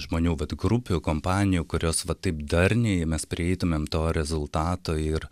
žmonių vat grupių kompanijų kurios va taip darniai mes prieitumėm to rezultato ir